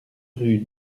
rue